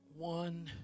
One